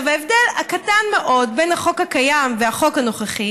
ההבדל הקטן מאוד בין החוק הקיים לחוק הנוכחי